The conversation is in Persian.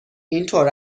اینطور